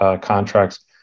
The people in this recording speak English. contracts